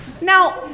Now